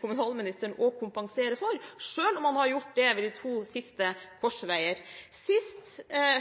kommunalministeren å kompensere for, selv om han har gjort det ved de to siste korsveier. Sist